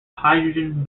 hydrogen